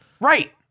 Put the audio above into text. Right